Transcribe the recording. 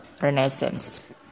Renaissance